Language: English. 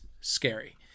scary